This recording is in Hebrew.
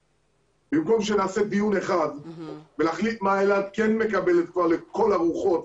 במקום שנעשה דיון אחד ולהחליט מה אלעד כן מקבלת כבר לכל הרוחות,